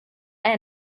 are